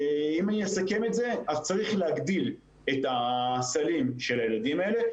אם אני אסכם את זה: צריך להגדיל את הסלים של הילדים האלה,